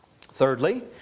Thirdly